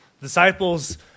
Disciples